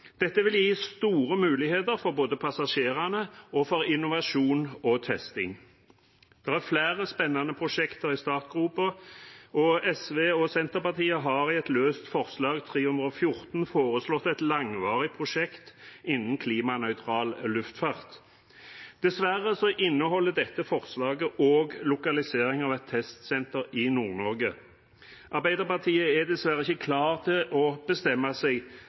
Dette vil gi store muligheter både for passasjerene og for innovasjon og testing. Det er flere spennende prosjekter i startgropen, og SV og Senterpartiet har i et løst forslag, nr. 314, foreslått et langvarig prosjekt innen klimanøytral luftfart. Dessverre inneholder dette forslaget også lokalisering av et testsenter i Nord-Norge. Arbeiderpartiet er dessverre ikke klar til å bestemme seg